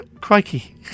crikey